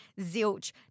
zilch